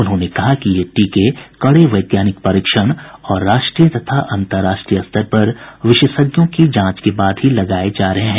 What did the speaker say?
उन्होंने कहा कि ये टीके कड़े वैज्ञानिक परीक्षण और राष्ट्रीय तथा अंतर्राष्ट्रीय स्तर पर विशेषज्ञों की जांच के बाद लगाये जा रहे हैं